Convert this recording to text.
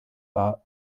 wahr